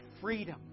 freedom